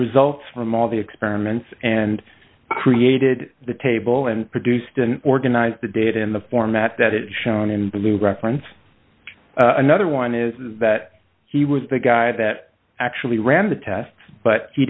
results from all the experiments and created the table and produced and organize the data in the format that it shown in blue reference another one is that he was the guy that actually ran the tests but he